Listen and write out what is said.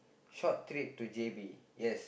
short trip to JB